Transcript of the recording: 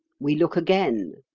we look again.